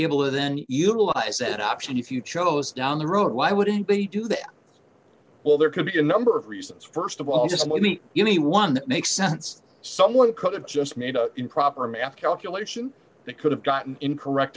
able to then utilize said option if you chose down the road why would anybody do that well there could be a number of reasons st of all just let me give me one that makes sense someone could have just made improper maff calculation they could have gotten in correct